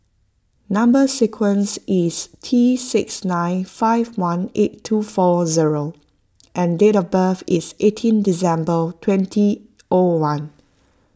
Number Sequence is T six nine five one eight two four zero and date of birth is eighteen December twenty O one